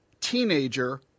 teenager